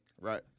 Right